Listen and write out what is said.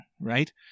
right